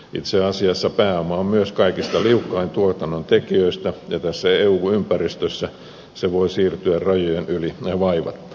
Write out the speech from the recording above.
itse asiassa pääoma on myös kaikista liukkain tuotannontekijöistä ja tässä eu ympäristössä se voi siirtyä rajojen yli vaivatta